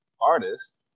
artist